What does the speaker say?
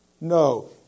no